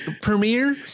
premiere